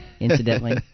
Incidentally